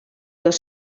dos